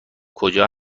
کجا